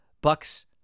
Bucks